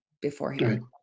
beforehand